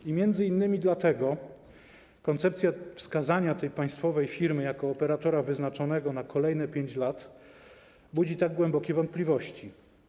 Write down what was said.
I m.in. dlatego koncepcja wskazania tej państwowej firmy jako operatora wyznaczonego na kolejne 5 lat budzi tak głębokie wątpliwości.